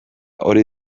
hori